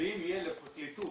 אם יהיה לפרקליטות